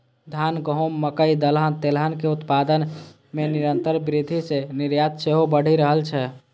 धान, गहूम, मकइ, दलहन, तेलहन के उत्पादन मे निरंतर वृद्धि सं निर्यात सेहो बढ़ि रहल छै